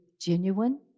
genuine